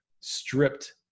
stripped